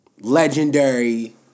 legendary